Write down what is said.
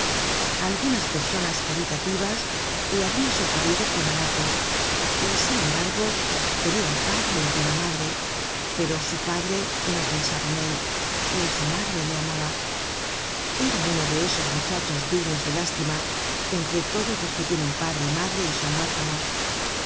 algunas personas caritativas le habian socorrido con harapos y sin embargo tenia un padre y una madre pero su padre no pensaba en él ni su madre le amaba era uno de esos muchachos dignos de lástima entre todos los que tienen padre y madre y son huérfanos